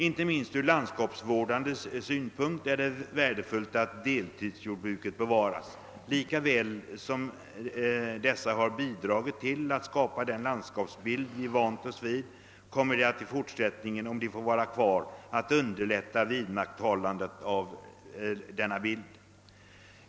Inte minst ur landskapsvårdande synpunkt är det värdefullt att deltidsjordbruken bevaras. Lika väl som dessa har bidragit till att skapa den landskapsbild vi vant oss vid kommer de i fortsättningen, om de får vara kvar, att underlätta vidmakthållandet av denna landskapsbild.